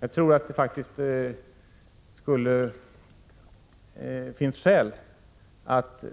Jag tror att det finns anledning att